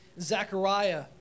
Zechariah